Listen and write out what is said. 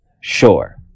Sure